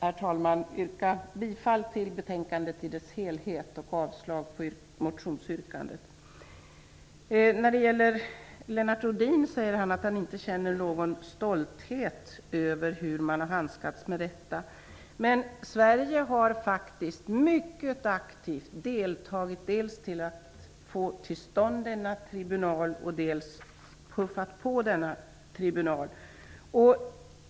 Jag yrkar bifall till utskottets hemställan i dess helhet och avslag på motionsyrkandet. Lennart Rohdin säger att han inte känner någon stolthet över hur man har handskats med denna fråga. Sverige har faktiskt mycket aktivt deltagit för att få till stånd denna tribunal och för att puffa på tribunalen.